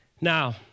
Now